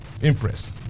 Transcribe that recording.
Impress